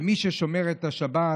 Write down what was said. ומי ששומר את השבת,